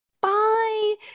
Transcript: bye